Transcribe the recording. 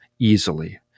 easily